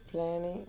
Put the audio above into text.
planning